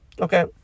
okay